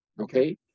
okay